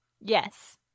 Yes